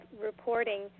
reporting